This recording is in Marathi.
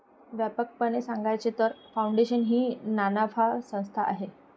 व्यापकपणे सांगायचे तर, फाउंडेशन ही नानफा संस्था आहे